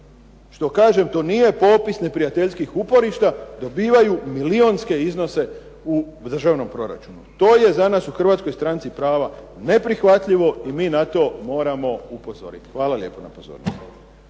ovi, kažem to nije popis neprijateljskih uporišta, dobivaju milijunske iznose u državnom proračunu. To je za nas u Hrvatskoj stranci prava neprihvatljivo i mi na to moramo upozoriti. Hvala lijepo na pozornosti.